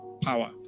power